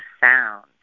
sound